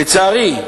לצערי,